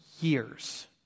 years